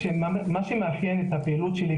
מה שמאפיין את הפעילות שלי,